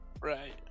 right